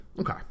Okay